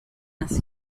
nació